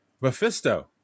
Mephisto